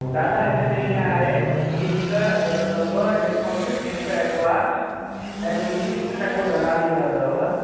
दादा हिनमें ईअं आहे के हिक एड ॿ डिपॉज़िट हिक एडवांस ऐं मुंहिंजी हिक टक्को दलाली रहंदव